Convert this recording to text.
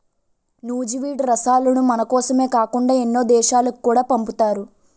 నూజివీడు రసాలను మనకోసమే కాకుండా ఎన్నో దేశాలకు కూడా పంపుతారు